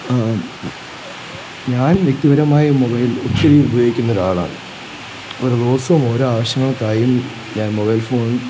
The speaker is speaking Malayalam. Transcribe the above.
ഞാൻ വ്യക്തിപരമായി മൊബൈൽ ഒത്തിരി ഉപയോഗിക്കുന്നൊരാളാണ് ഓരോ ദിവസവും ഓരോ ആവശ്യങ്ങൾക്കായി ഞാൻ മൊബൈൽ ഫോൺ